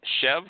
Chev